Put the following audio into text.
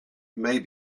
may